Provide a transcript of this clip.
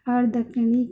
اور دکنی